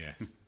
yes